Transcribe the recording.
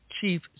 chief